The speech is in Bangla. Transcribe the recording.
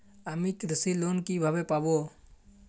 আমি কৃষি লোন কিভাবে পাবো?